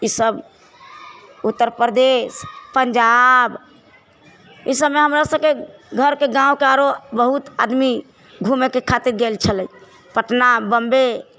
ई सब उत्तरप्रदेश पञ्जाब ई सबमे हमरा सबके गाँवके आरो आदमी घूमेके खातिर गेल छलै पटना बम्बे